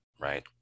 right